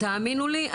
תאמינו לי,